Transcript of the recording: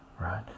right